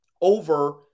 over